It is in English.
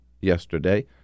yesterday